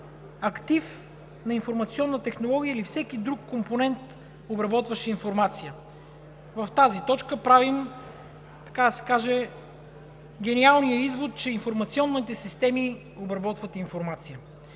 актив на информационните технологии или всеки друг компонент, обработващ информация.“ В тази точка правим така да се каже гениалния извод, че информационните системи обработват информация.